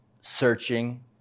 searching